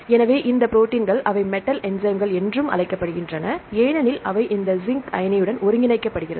எனவே இந்த ப்ரோடீன்கள் அவை மெட்டல் என்ஸைம்கள் என்றும் அழைக்கப்படுகின்றன ஏனெனில் அவை இந்த ஜின்க் அயனியுடன் ஒருங்கிணைக்கப்படுகின்றன